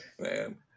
Man